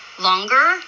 longer